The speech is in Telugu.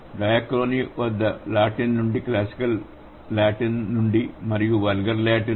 డయాక్రోని వద్ద లాటిన్ నుండి క్లాసికల్ లాటిన్ నుండి వల్గర్ ల్యాటిన్